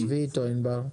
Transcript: אחרי זה תשבי אתו ענבר,